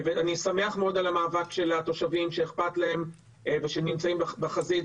אני שמח מאוד על המאבק של התושבים שאכפת להם ושנמצאים בחזית.